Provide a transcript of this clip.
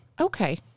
Okay